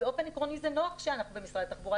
באופן עקרוני זה נוח שאנחנו במשרד התחבורה,